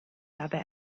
dabei